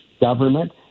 government